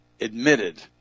admitted